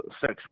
sex